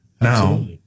Now